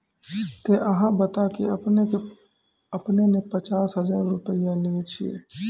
ते अहाँ बता की आपने ने पचास हजार रु लिए छिए?